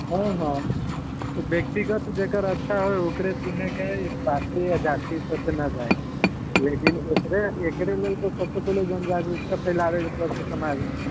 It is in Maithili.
हँ ह व्यक्तिगत जेकर अच्छा होय ओकरे चुनयके है पार्टी आ जाति पर त ना जाइके है लेकिन एकरे लेल तऽ सबसे पहिने जनजागरुकता फैलाबे के पड़ते समाजमे